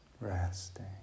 resting